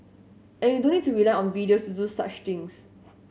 and you don't need to rely on videos to do such things